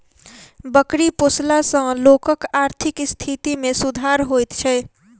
बकरी पोसला सॅ लोकक आर्थिक स्थिति मे सुधार होइत छै